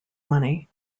money